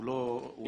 שהוא לא יציב.